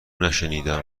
نشنیدم